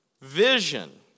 vision